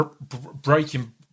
breaking